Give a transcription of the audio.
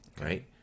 right